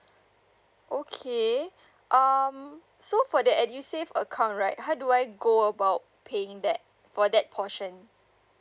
okay um so for the edusave account right how do I go about paying that for that portion